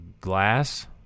glass